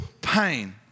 pain